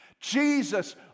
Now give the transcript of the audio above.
Jesus